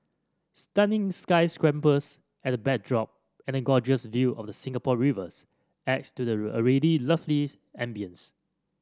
stunning sky scrapers at the backdrop and a gorgeous view of the Singapore Rivers adds to the already lovely ambience